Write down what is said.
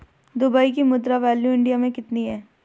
Dubai की मुद्रा value India मे कितनी है?